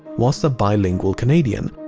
was a bilingual canadian.